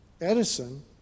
Edison